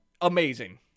amazing